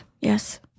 yes